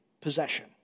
possession